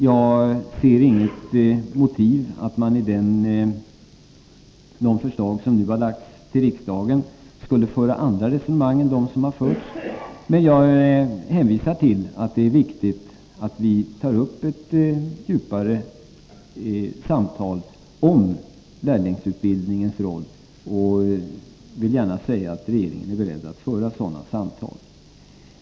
Jag ser inget motiv till att man i de förslag som nu lämnats till riksdagen skulle föra andra resonemang än dem som har förts tidigare, men jag hänvisar till att det är viktigt att vi tar upp ett djupare samtal om lärlingsutbildningens roll. Jag vill gärna säga att regeringen är beredd att föra sådana samtal.